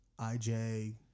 IJ